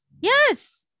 Yes